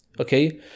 okay